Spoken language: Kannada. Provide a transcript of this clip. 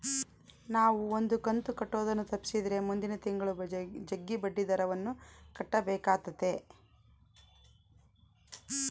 ನಾವು ಒಂದು ಕಂತು ಕಟ್ಟುದನ್ನ ತಪ್ಪಿಸಿದ್ರೆ ಮುಂದಿನ ತಿಂಗಳು ಜಗ್ಗಿ ಬಡ್ಡಿದರವನ್ನ ಕಟ್ಟಬೇಕಾತತೆ